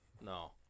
No